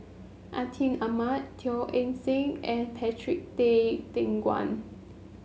Atin Amat Teo Eng Seng and Patrick Tay Teck Guan